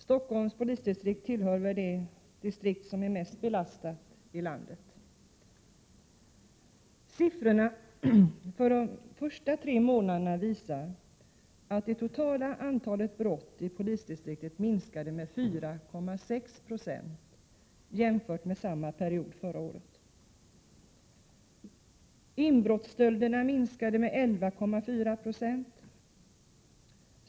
Stockholms polisdistrikt tillhör väl de distrikt som är hårdast belastade i landet. Siffrorna för de tre första månaderna i år visar att det totala antalet brott i distriktet minskade med 4,6 70 jämfört med samma period förra året. Inbrottsstölderna minskade med 11,4 26.